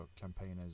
campaigners